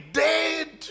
dead